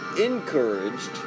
encouraged